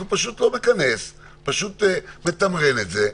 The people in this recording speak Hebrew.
הוא פשוט לא ייכנס את הוועדה ויתמרן את זה.